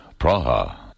Praha